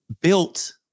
built